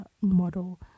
model